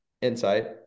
insight